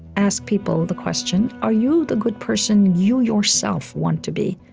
ask people the question, are you the good person you yourself want to be?